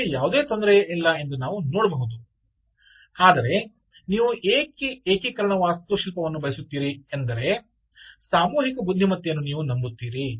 ಇಲ್ಲಿ ಯಾವುದೇ ತೊಂದರೆಯಿಲ್ಲ ಎಂದು ನಾವು ನೋಡಬಹುದು ಆದರೆ ನೀವು ಏಕೀಕರಣ ವಾಸ್ತುಶಿಲ್ಪವನ್ನು ಬಯಸುತ್ತೀರಿ ಏಕೆಂದರೆ ಸಾಮೂಹಿಕ ಬುದ್ಧಿಮತ್ತೆಯನ್ನು ನೀವು ನಂಬುತ್ತೀರಿ